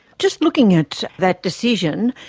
just looking at that decision,